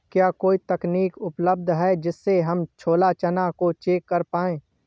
क्या कोई तकनीक उपलब्ध है जिससे हम छोला चना को चेक कर पाए?